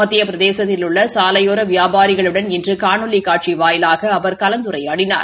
மத்திய பிரதேசத்தில் உள்ள சாலையோர வியாபாரிகளுடன் இன்று காணொலி காட்சி வாயிலாக அவர் கலந்துரையாடினார்